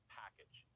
package